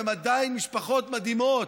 והן עדיין משפחות מדהימות.